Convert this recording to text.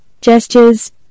gestures